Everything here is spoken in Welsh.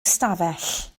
ystafell